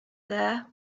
there